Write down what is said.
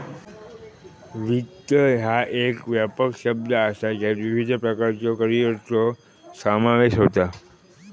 वित्त ह्या एक व्यापक शब्द असा ज्यात विविध प्रकारच्यो करिअरचो समावेश होता